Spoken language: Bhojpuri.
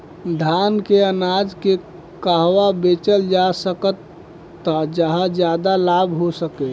धान के अनाज के कहवा बेचल जा सकता जहाँ ज्यादा लाभ हो सके?